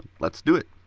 let's do it.